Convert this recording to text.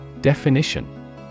Definition